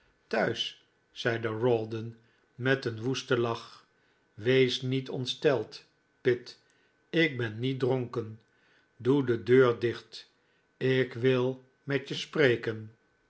thuis zeide rawdon met een woesten lach wees niet ontsteld pitt ik ben niet dronken doe de deur dicht ik wil met je spreken